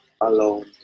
alone